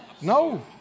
No